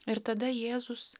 ir tada jėzus